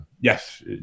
Yes